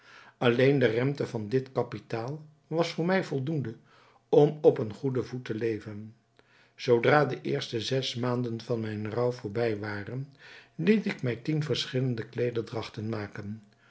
alleen de rente van dit kapitaal was voor mij voldoende om op een goeden voet te leven zoodra de eerste zes maanden van mijn rouw voorbij waren liet ik mij tien verschillende kleederdragten maken